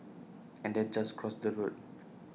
and then just cross the road